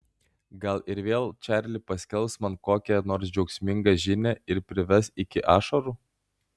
gal ir vėl čarli paskelbs man kokią nors džiaugsmingą žinią ir prives iki ašarų